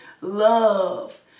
love